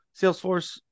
Salesforce